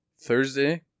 Thursday